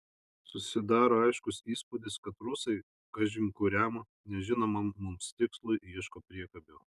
susidaro aiškus įspūdis kad rusai kažin kuriam nežinomam mums tikslui ieško priekabių